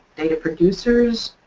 data producers